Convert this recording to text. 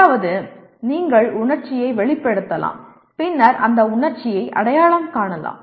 அதாவது நீங்கள் உணர்ச்சியை வெளிப்படுத்தலாம் பின்னர் அந்த உணர்ச்சியை அடையாளம் காணலாம்